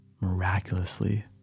miraculously